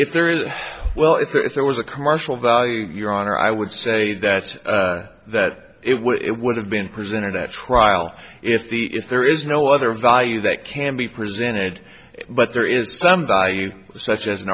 if there is a well if there was a commercial value your honor i would say that that it would it would have been presented at trial if the if there is no other value that can be presented but there is some value such as an